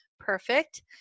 perfect